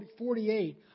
48